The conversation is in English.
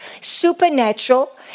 Supernatural